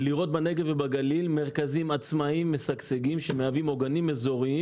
לראות בנגב ובגליל מרכזים עצמאיים משגשגים שמהווים עוגנים אזוריים